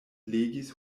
legis